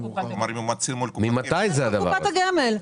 ממתי הדבר הזה?